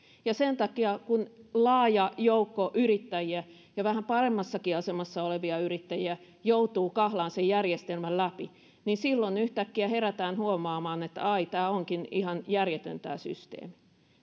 sen takia kun laaja joukko yrittäjiä ja vähän paremmassakin asemassa olevia yrittäjiä joutuu kahlaamaan sen järjestelmän läpi silloin yhtäkkiä herätään huomaamaan että ai tämä systeemi onkin ihan järjetön